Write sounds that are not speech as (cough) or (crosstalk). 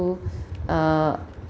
(breath) uh